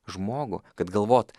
žmogų kad galvoti